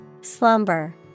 Slumber